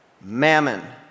mammon